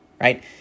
right